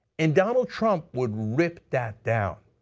and donald trump would rip that down.